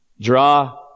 Draw